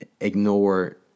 ignore